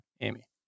Amy